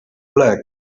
black